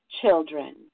children